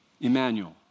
Emmanuel